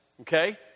Okay